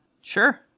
Sure